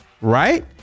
Right